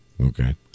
Okay